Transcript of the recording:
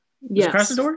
yes